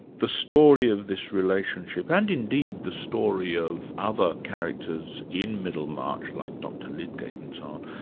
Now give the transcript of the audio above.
the story of this relationship, and indeed the story of other characters in middlemarch, like dr lydgate and so on,